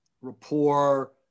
rapport